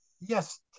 yes